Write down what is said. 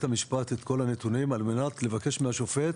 המשפט את כל הנתונים על מנת לבקש מהשופט